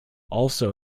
also